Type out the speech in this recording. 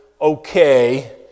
okay